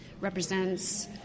represents